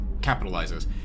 capitalizes